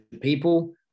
people